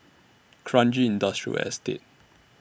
Kranji Industrial Estate